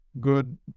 good